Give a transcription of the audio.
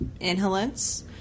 inhalants